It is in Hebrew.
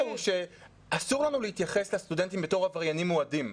אסור לנו להתייחס לסטודנטים בתור עבריינים מועדים,